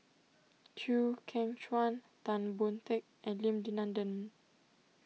Chew Kheng Chuan Tan Boon Teik and Lim Denan Denon